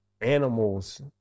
animals